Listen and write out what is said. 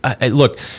Look